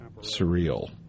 surreal